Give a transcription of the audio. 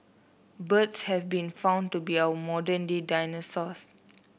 birds have been found to be our modern day dinosaurs